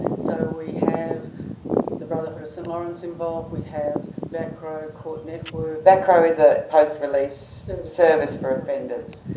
so we have the brotherhood of st laurence involved, we have vacro court network. vacro is a post-release service for offenders.